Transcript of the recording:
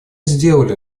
сделали